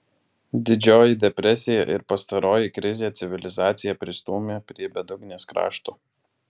didžioji depresija ir pastaroji krizė civilizaciją pristūmė prie bedugnės krašto